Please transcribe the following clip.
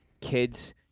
kids